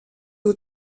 oer